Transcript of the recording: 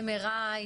MRI,